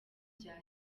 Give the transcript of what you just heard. bya